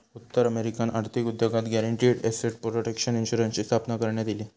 उत्तर अमेरिकन आर्थिक उद्योगात गॅरंटीड एसेट प्रोटेक्शन इन्शुरन्सची स्थापना करण्यात इली